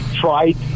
tried